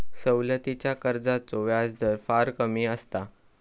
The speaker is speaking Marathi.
सवलतीच्या कर्जाचो व्याजदर फार कमी असता